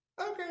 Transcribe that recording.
okay